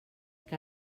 que